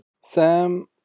Sam